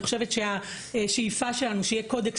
אני חושבת שהשאיפה שלנו היא שיהיה קודקס